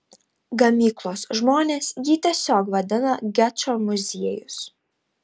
gamyklos žmonės jį tiesiog vadina gečo muziejus